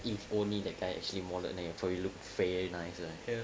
if only the guy actually more than then you probably look fairly nice lah